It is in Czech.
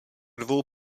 dvou